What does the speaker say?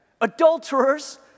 adulterers